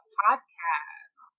podcast